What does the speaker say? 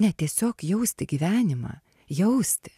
ne tiesiog jausti gyvenimą jausti